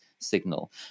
Signal